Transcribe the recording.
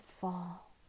fall